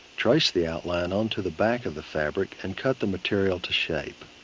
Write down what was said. trace the outline on to the back of the fabric and cut the material to shape.